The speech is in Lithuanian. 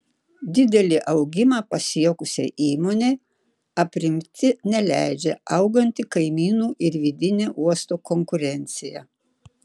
didelį augimą pasiekusiai įmonei aprimti neleidžia auganti kaimynų ir vidinė uosto konkurencija